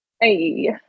Hey